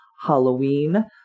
Halloween